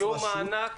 שום מענק?